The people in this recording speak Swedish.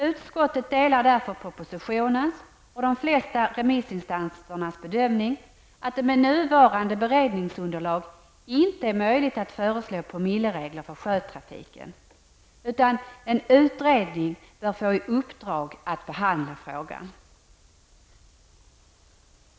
Utskottet delar därför propositionens och de flesta remissinstansernas bedömning, att det med nuvarande beredningsunderlag inte är möjligt att föreslå promilleregler för sjötrafiken. Däremot bör en utredning få i uppdrag att behandla frågan.